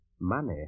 money